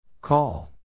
Call